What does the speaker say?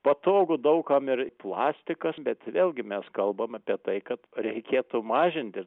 patogu daug kam ir plastikas bet vėlgi mes kalbam apie tai kad reikėtų mažinti